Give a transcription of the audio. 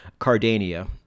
Cardania